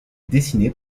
dessiné